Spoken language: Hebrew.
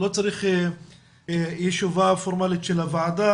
לא צריך ישיבה פורמלית של הוועדה,